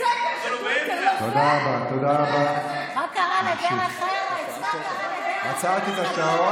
אבל תעלי אחרי זה ותגידי מה שאת רוצה.